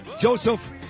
Joseph